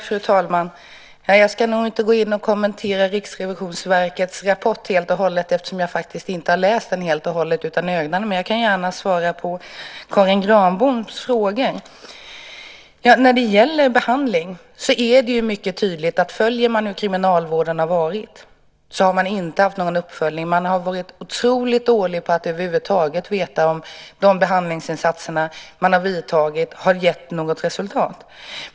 Fru talman! Jag kan inte kommentera Riksrevisionens rapport helt och hållet eftersom jag faktiskt inte har läst den helt och hållet utan mera ögnat i den. Men jag kan gärna svara på Karin Granboms frågor. När det gäller behandling har man varit otroligt dålig på att över huvud taget veta om de behandlingsinsatser man gjort har gett något resultat.